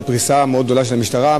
ופריסה מאוד גדולה של המשטרה,